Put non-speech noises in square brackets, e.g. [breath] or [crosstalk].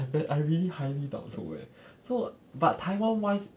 I really highly doubt so leh [breath] so but taiwan wise